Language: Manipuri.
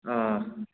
ꯑꯥ